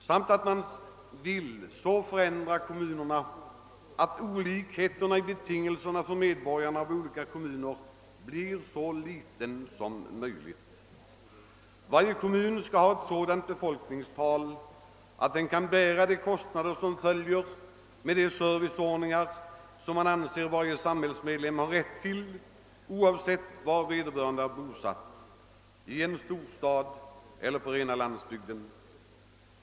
Dessutom vill man söka göra skillnaderna i livsbetingelserna för medborgarna inom olika kommuner så små som möjligt. Varje kommun skall ha ett sådant befolkningstal att den kan bära de kostnader som följer med de serviceanordningar varje samhällsmedlem anses ha rätt till, oavsett var vederbörande är bosatt — i en stad eller på rena landsbygden.